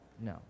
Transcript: No